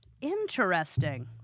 Interesting